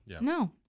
no